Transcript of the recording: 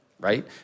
right